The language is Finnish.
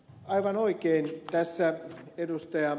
aivan oikein tässä ed